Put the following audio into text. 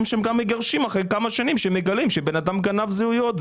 שגם מגרשים אחרי כמה שנים כשמגלים שבן אדם גנב זהויות.